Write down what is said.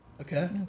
okay